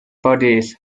bodies